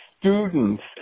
Students